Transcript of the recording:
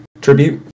tribute